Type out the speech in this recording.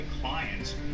clients